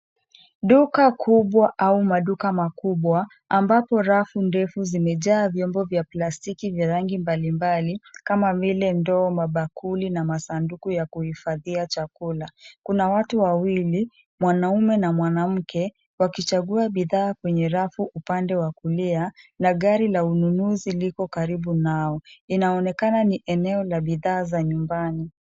Duka kubwa au maduka makubwa ambapo rafu ndefu zimejaa vyombo vya plastiki vya rangi mbalimbali kama vile ndoo, mabakuli na masanduku ya kuhifadhia chakula. Kuna watu wawili, mwanaume na mwanamke, wakichagua bidhaa kwenye rafu upande wa kulia na gari la ununuzi liko karibu nao. Inaonekana ni eneo la bidhaa za nyumbani.